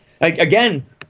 Again